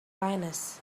kindness